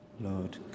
Lord